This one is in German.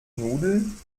nudeln